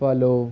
follow